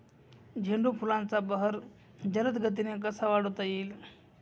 झेंडू फुलांचा बहर जलद गतीने कसा वाढवता येईल?